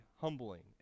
humbling